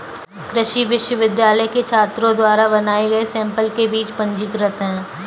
कृषि विश्वविद्यालय के छात्रों द्वारा बनाए गए सैंपल के बीज पंजीकृत हैं